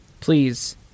Please